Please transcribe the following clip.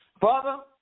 Father